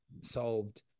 solved